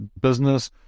business